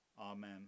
Amen